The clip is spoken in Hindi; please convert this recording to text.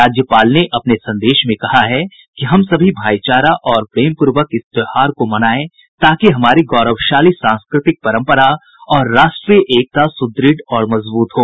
राज्यपाल ने अपने संदेश में कहा है कि हम सभी भाईचारा और प्रेमपूर्वक इस त्योहार को मनायें ताकि हमारी गौरवशाली सांस्कृतिक परम्परा और राष्ट्रीय एकता सुद्रढ़ और मजबूत हो